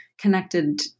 connected